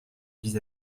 vis